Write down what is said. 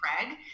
Craig